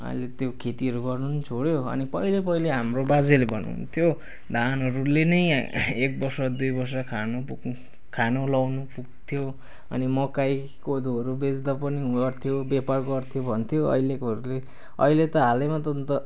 अहिले त्यो खेतीहरू गर्न पनि छोड्यो अनि पहिले पहिले हाम्रो बाजेले भन्नुहुन्थ्यो धानहरूले नै एकवर्ष दुईवर्ष खानु पुग्नु खानु लाउनु पुग्थ्यो अनि मकै कोदोहरू बेच्दा पनि गर्थ्यो व्यापार गर्थ्यो भन्थ्यो अहिलकोहरूले अहिले त हालैमा अन्त